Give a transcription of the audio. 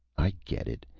i get it.